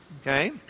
Okay